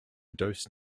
dose